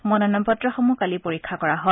মনোনয়ন পত্ৰসমূহ কালি পৰীক্ষা কৰা হয়